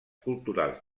culturals